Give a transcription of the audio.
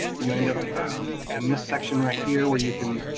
you end up in this section right here, where you can